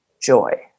joy